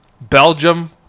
belgium